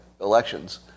elections